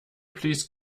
please